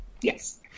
Yes